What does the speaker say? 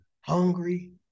Hungry